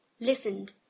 listened